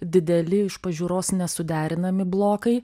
dideli iš pažiūros nesuderinami blokai